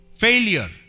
failure